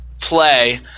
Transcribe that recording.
play